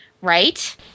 right